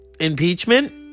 Impeachment